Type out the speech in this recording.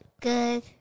Good